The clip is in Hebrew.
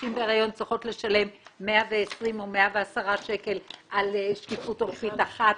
נשים בהריון צריכות לשלם 120 או 110 שקלים על שקיפות עורפית אחת,